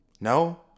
No